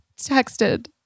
texted